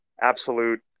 absolute